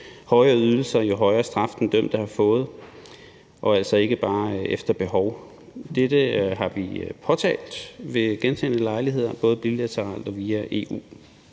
højere ydelser, jo højere straf den dømte har fået; det er altså ikke bare efter behov. Dette har vi påtalt ved gentagne lejligheder, både bilateralt og via EU,